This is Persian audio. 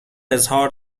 اظهار